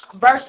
Verse